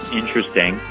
interesting